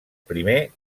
primer